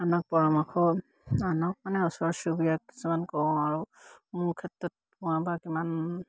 আনক পৰামৰ্শ আনক মানে ওচৰ চুবুৰীয়া কিছুমানক কওঁ আৰু মোৰ ক্ষেত্ৰত পোৱা বা কিমান